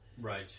Right